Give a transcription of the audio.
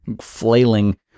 flailing